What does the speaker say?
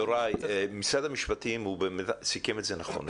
יוראי, משרד המשפטים סיכם את זה נכון.